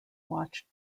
watch